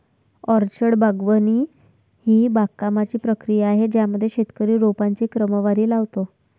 orchard बागवानी ही बागकामाची प्रक्रिया आहे ज्यामध्ये शेतकरी रोपांची क्रमवारी लावतो